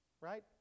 Right